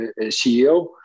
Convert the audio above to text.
CEO